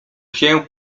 się